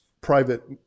private